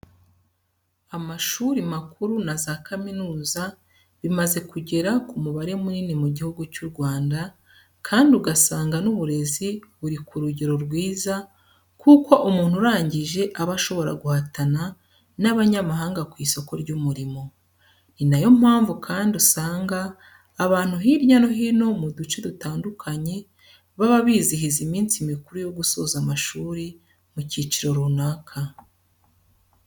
Amashuri makuru na za kaminuza bimaze kugera ku mubare munini mu Gihugu cy'u Rwanda kandi ugasanga n'uburezi buri ku rugero rwiza kuko umuntu urangije aba ashobora guhatana n'abanyamahanga ku isoko ry'umurimo. Ni na yo mpamvu kandi usanga abantu hirya no hino mu duce dutandukanye baba bizihiza iminsi mikuru yo gusoza amashuri mu cyiciro runaka.